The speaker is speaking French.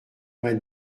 vingt